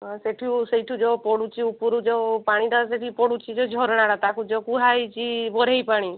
ସେଠୁ ସେଇଠୁ ଯେଉଁ ପଡ଼ୁଛି ଉପରୁ ଯେଉଁ ପାଣିଟା ସେଇଠି ପଡ଼ୁଛି ଯେ ଝରଣାଟା ତାକୁ ଯେଉଁ କୁହାହେଇଛି ବରେହି ପାଣି